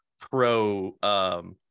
pro